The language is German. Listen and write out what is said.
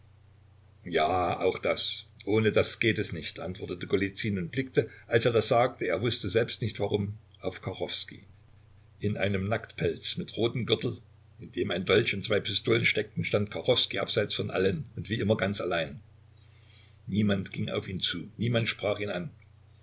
ja auch das ohne das geht es nicht antwortete golizyn und blickte als er das sagte er wußte selbst nicht warum auf kachowskij in einem nacktpelz mit rotem gürtel in dem ein dolch und zwei pistolen steckten stand kachowskij abseits von allen und wie immer ganz allein niemand ging auf ihn zu niemand sprach ihn an